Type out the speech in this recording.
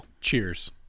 Cheers